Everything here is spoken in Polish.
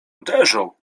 uderzą